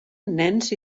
nens